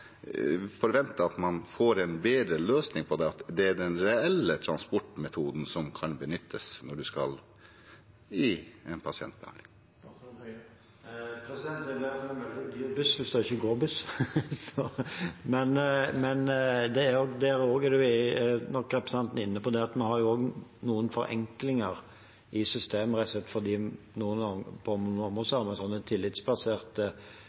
at man får en bedre løsning på det, at det er den reelle transportmetoden som kan benyttes når man skal til pasientbehandling? Det blir iallfall en veldig dyr buss hvis det ikke går buss. Men der er nok representanten inne på at vi har jo også noen forenklinger i systemet, rett og slett fordi vi på noen